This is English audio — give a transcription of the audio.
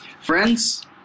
Friends